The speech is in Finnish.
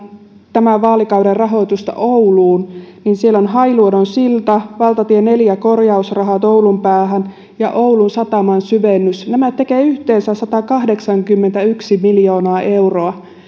tämän vaalikauden rahoitusta ouluun ja siellä on hailuodon silta valtatie neljän korjausrahat oulun päähän ja oulun sataman syvennys nämä tekevät yhteensä satakahdeksankymmentäyksi miljoonaa euroa